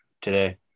today